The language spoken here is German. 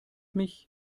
mich